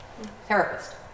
therapist